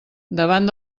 davant